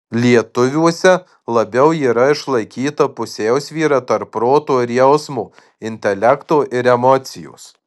lietuviuose labiau yra išlaikyta pusiausvyra tarp proto ir jausmo intelekto ir emocijos